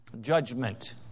judgment